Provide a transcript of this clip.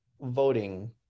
voting